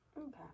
okay